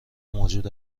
موجود